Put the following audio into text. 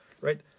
right